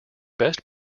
best